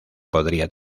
podría